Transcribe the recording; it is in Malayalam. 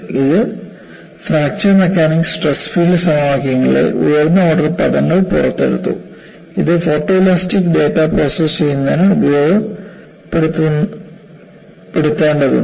ഇത് ഫ്രാക്ചർ മെക്കാനിക്സ് സ്ട്രെസ് ഫീൽഡ് സമവാക്യങ്ങളിലെ ഉയർന്ന ഓർഡർ പദങ്ങൾ പുറത്തെടുത്തു ഇത് ഫോട്ടോഇലാസ്റ്റിക് ഡാറ്റ പ്രോസസ്സ് ചെയ്യുന്നതിന് ഉപയോഗപ്പെടുത്തേണ്ടതുണ്ട്